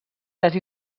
les